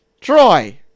Troy